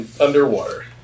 Underwater